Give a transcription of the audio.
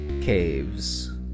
Caves